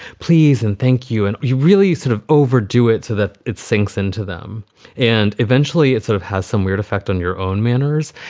please and thank you. and you really sort of overdo it so that it sinks into them and eventually it sort of has some weird effect on your own manners.